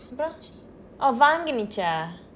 அப்புறம:appuram oh வாங்கியதா:vaangkiyathaa